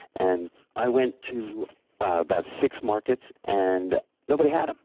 and i went to about six markets and nobody had them.